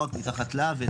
לא רק מתחת לאף,